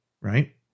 right